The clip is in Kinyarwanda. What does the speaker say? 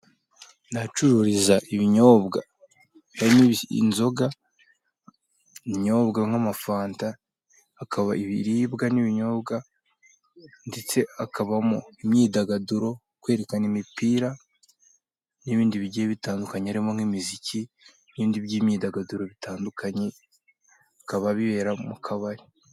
Ahacururizwa ibinyobwa, harimo inzoga, ibinyobwa nk'amafanta, hakaba ibiribwa n'ibinyobwa ndetse hakabamo imyidagaduro, kwerekana imipira, ndetse n'ibindi bigiye bitandukanye harimo nk'imiziki, n'ibindi by'imyidagaduro bitandukanye. Bikaba bibera mu kabari.